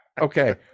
okay